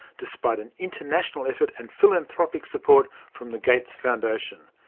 despite an international effort and philanthropic support from the gates foundation.